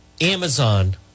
Amazon